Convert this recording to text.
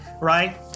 right